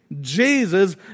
Jesus